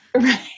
right